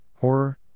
Horror